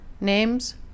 Names